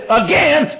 again